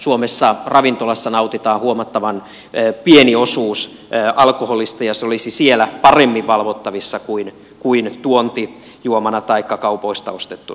suomessa ravintolassa nautitaan huomattavan pieni osuus alkoholista ja se olisi siellä paremmin valvottavissa kuin tuontijuomana taikka kaupoista ostettuna